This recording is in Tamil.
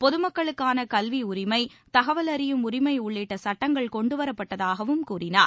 பொதுமக்களுக்கான கல்வி உரிமை தகவல் அறியும் உரிமை உள்ளிட்ட சட்டங்கள் கொண்டுவரப்பட்டதாகவும் கூறினார்